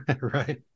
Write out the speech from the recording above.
Right